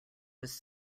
was